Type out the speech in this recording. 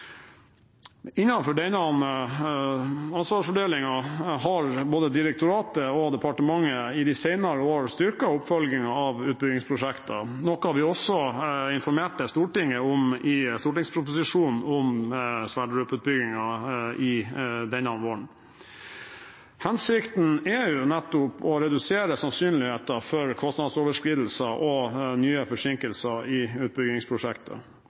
denne ansvarsfordelingen har både direktoratet og departementet i de senere år styrket oppfølgingen av utbyggingsprosjektene, noe vi også informerte Stortinget om i stortingsproposisjonen om Johan Sverdrup-utbyggingen denne våren. Hensikten er nettopp å redusere sannsynligheten for kostnadsoverskridelser og forsinkelser i